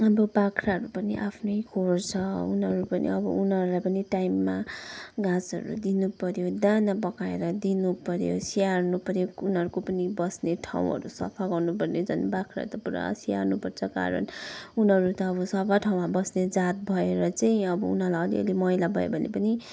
अब बाख्राहरू पनि आफ्नै खोर छ उनीहरू पनि अब उनीहरूलाई पनि टाइममा घाँसहरू दिनु पऱ्यो दाना पकाएर दिनु पऱ्यो स्याहार्नु पऱ्यो उनीहरूको पनि बस्ने ठाउँहरू सफा गर्नु पर्ने झन बाख्रा त पुरा स्याहार्नु पर्छ कारण उनीहरू त अब सफा ठाउँमा बस्ने जात भएर चाहिँ अब उनीहरूलाई अलि अलि मैला भयो भने पनि